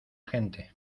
gente